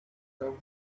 come